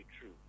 true